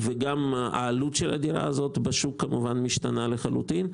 וגם העלות של הדירה הזו בשוק כמובן משתנה לחלוטין.